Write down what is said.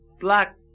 black